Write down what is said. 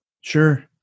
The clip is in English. Sure